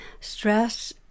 stress